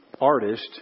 artist